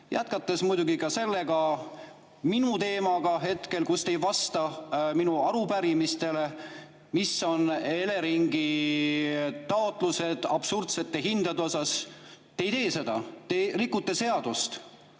Jätkates muidugi ka sellega, minu teemaga hetkel, kus te ei vasta minu arupärimistele, mis on Eleringi taotluste ja absurdsete hindade teemal. Te ei tee seda. Te rikute seadust.